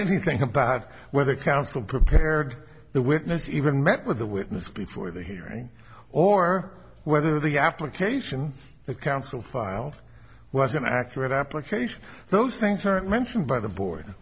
anything about whether council prepared the witness even met with the witness before the hearing or whether the application the council filed was an accurate application those things aren't mentioned by the board